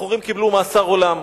הבחורים קיבלו מאסר עולם,